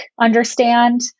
understand